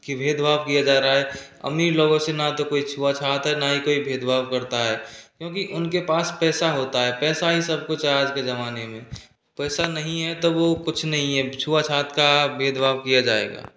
की भेद भाव किया जा रहा है अमीर लोगों से न तो कोई छुआछूत है न तो कोई भेद भाव करता है क्योंकि उनके पास पैसा होता है पैसा ही सब कुछ है आज के जमाने में पैसा नहीं है तो वह कुछ नहीं है छुआछूत का भेद भाव किया जाएगा